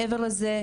מעבר לזה,